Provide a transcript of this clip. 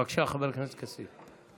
בבקשה, חבר הכנסת כסיף.